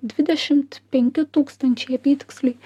dvidešim penki tūkstančiai apytiksliai